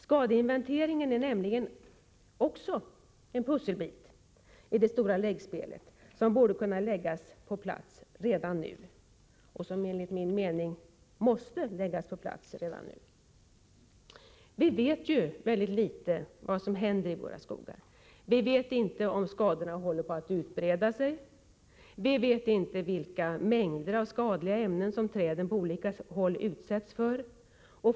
Skadeinventeringen är nämligen också en pusselbit i det stora läggspelet, som borde kunna läggas på plats redan nu och som enligt min mening måste läggas på plats redan nu. Vi vet mycket litet om vad som händer i våra skogar. Vi vet inte om 115 skadorna håller på att utbreda sig. Vi vet inte vilka mängder av skadliga ämnen som träden på olika håll utsätts för.